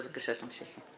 בבקשה, תמשיכי.